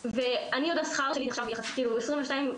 מציע להרחיב את הפרספקטיבה של כל הדיונים